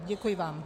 Děkuji vám.